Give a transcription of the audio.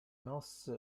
nos